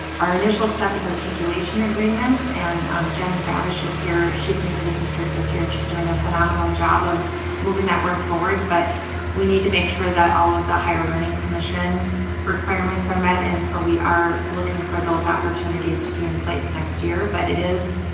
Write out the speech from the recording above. our initial step is articulation agreements and jen babbish is here. she's new to the district this year and she's doing a phenomenal job of moving that work forward but we need to make sure that all of the higher learning commission requirements are met and so we are looking for those opportunities to be in place next year but it is,